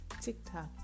TikTok